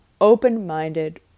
open-minded